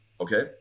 okay